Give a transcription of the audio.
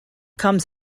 comes